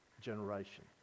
generation